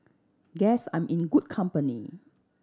guess I'm in good company